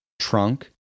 trunk